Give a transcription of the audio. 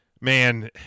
Man